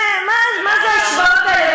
מה זה ההשוואות האלה?